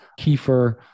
kefir